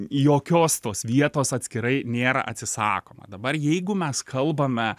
jokios tos vietos atskirai nėra atsisakoma dabar jeigu mes kalbame